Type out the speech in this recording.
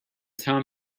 time